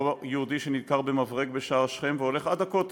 לא יהודי שנדקר במברג בשער שכם והולך עד הכותל,